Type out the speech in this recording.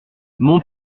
mon